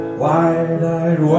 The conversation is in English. wide-eyed